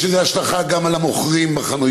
יש לזה השלכה גם על המוכרים בחנויות,